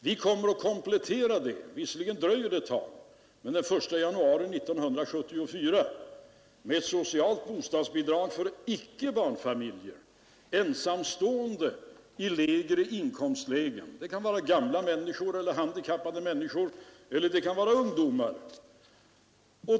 Vi kommer att komplettera detta med — det dröjer visserligen till den 1 januari 1974 — socialt bostadsbidrag för icke barnfamiljer, för ensamstående lägre inkomsttagare och för gamla eller handikappade människor samt för vissa ungdomar.